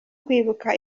kwibuka